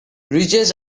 riches